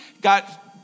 got